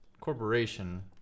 corporation